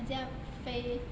很像飞